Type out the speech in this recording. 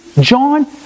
John